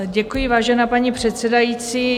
Děkuji, vážená paní předsedající.